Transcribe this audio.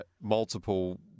Multiple